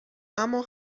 اما